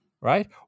right